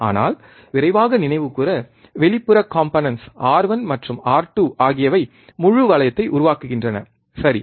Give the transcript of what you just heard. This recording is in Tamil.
ஆனால் விரைவாக நினைவுகூர வெளிப்புற காம்போனன்ட்ஸ் R1 மற்றும் R2 ஆகியவை முழு வளையத்தை உருவாக்குகின்றன சரி